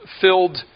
filled